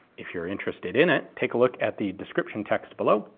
if you're interested in it, take a look at the description text below,